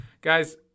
guys